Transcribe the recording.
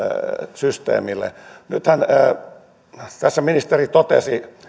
systeemille nythän tässä ministeri totesi